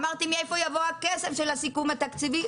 אמרתי מאיפה יבוא הכסף של הסיכום התקציבי,